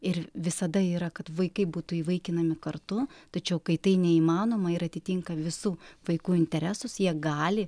ir visada yra kad vaikai būtų įvaikinami kartu tačiau kai tai neįmanoma ir atitinka visų vaikų interesus jie gali